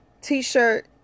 T-shirt